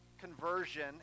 conversion